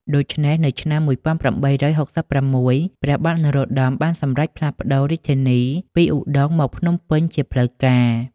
ដូច្នេះ នៅឆ្នាំ ១៨៦៦ ព្រះបាទនរោត្តមបានសម្រេចផ្លាស់ប្តូររាជធានីពីឧដុង្គមកភ្នំពេញជាផ្លូវការ។